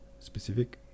Specific